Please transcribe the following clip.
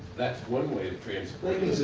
that's one way of